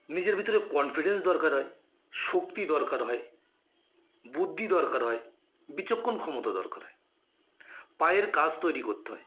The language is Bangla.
নিজের ভিতরে কনফিডেন্স দরকার হয় শক্তি দরকার হয় বুদ্ধি দরকার হয় বিচক্ষণ ক্ষমতা দরকার হয় পায়ের কাজ তৈরি করতে হয়